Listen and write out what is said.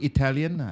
Italian